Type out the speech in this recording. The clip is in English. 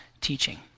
teaching